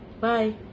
Bye